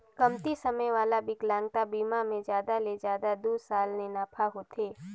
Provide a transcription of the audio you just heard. कमती समे वाला बिकलांगता बिमा मे जादा ले जादा दू साल ले नाफा होथे